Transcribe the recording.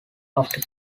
after